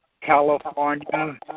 California